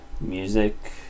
Music